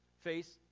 Face